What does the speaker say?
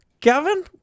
Kevin